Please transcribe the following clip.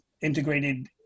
integrated